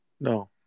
No